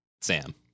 Sam